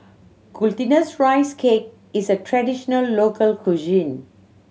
Glutinous Rice Cake is a traditional local cuisine